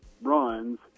runs